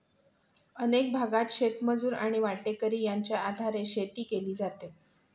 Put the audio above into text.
अनेक भागांत शेतमजूर आणि वाटेकरी यांच्या आधारे शेती केली जाते